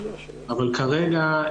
אבל כרגע,